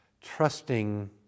trusting